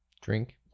drink